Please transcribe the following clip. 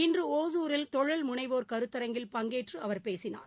இன்றுஒசூரில் தொழில் முனைவோர் கருத்தரங்கில் பங்கேற்றுஅவர் பேசினார்